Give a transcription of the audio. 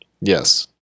Yes